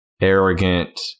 arrogant